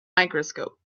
microscope